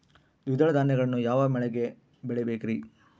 ದ್ವಿದಳ ಧಾನ್ಯಗಳನ್ನು ಯಾವ ಮಳೆಗೆ ಬೆಳಿಬೇಕ್ರಿ?